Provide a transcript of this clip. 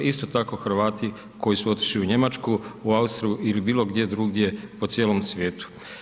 Isto tako, Hrvati koji su otišli u Njemačku, u Austriju ili bilo gdje drugdje po cijelom svijetu.